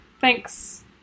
Thanks